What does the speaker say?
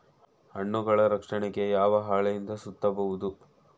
ಹಣ್ಣುಗಳ ರಕ್ಷಣೆಗೆ ಯಾವ ಹಾಳೆಯಿಂದ ಸುತ್ತಬಹುದು?